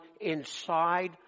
inside